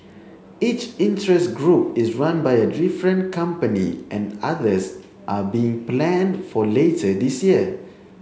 each interest group is run by a different company and others are being planned for later this year